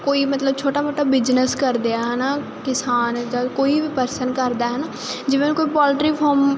ਕੋਈ ਮਤਲਬ ਛੋਟਾ ਮੋਟਾ ਬਿਜਨਸ ਕਰਦੇ ਆ ਹਨਾ ਕਿਸਾਨ ਜਾਂ ਕੋਈ ਵੀ ਪਰਸਨ ਕਰਦਾ ਹਨਾ ਜਿਵੇਂ ਕੋਈ ਪੋਲਟਰੀ ਫਾਰਮ